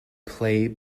play